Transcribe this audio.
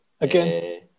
Again